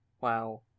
Wow